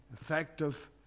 effective